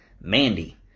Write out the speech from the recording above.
Mandy